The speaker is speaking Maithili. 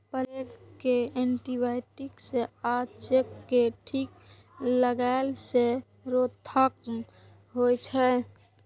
प्लेग कें एंटीबायोटिक सं आ चेचक कें टीका लगेला सं रोकथाम होइ छै